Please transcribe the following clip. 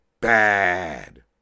bad